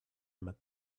met